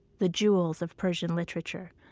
the jewels of persian literature,